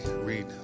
read